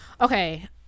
Okay